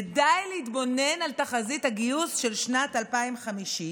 ודי להתבונן על תחזית הגיוס של שנת 2050,